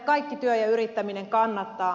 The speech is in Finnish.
kaikki työ ja yrittäminen kannattaa